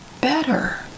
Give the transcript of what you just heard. better